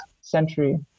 century